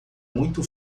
muito